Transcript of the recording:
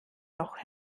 noch